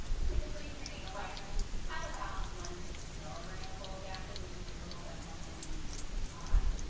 typically prenatal vitamins have about one milligram of folic acid, which is a little bit more than what you need which is fine.